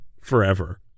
forever